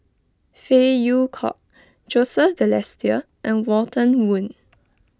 Phey Yew Kok Joseph Balestier and Walter Woon